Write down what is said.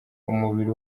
umubiri